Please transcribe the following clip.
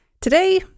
Today